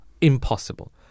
Impossible